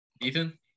Ethan